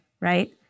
right